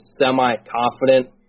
semi-confident